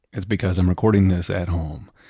it's because i'm recording this at home.